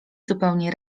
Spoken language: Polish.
zupełnie